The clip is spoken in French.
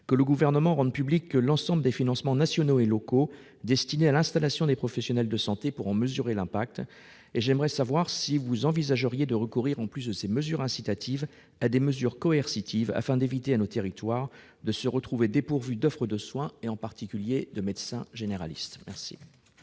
que le Gouvernement rende public l'ensemble des financements nationaux et locaux destinés à l'installation des professionnels de santé, afin de pouvoir en mesurer l'impact. Et j'aimerais savoir si vous envisageriez de recourir, en plus de ces mesures incitatives, à des mesures coercitives afin d'éviter à nos territoires de se retrouver dépourvus d'offre de soins, et, en particulier, de médecins généralistes. La